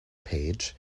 page